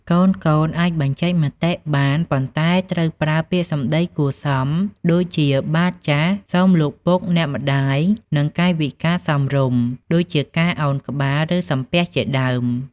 កូនៗអាចបញ្ចេញមតិបាន ប៉ុន្តែត្រូវប្រើ ពាក្យសម្ដីគួរសម ដូចជា បាទ/ចាស៎ សូមលោកពុកអ្នកម្ដាយ និង កាយវិការសមរម្យ ដូចជាការឱនក្បាល ឬសំពះជាដើម។